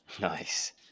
Nice